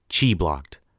chi-blocked